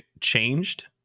changed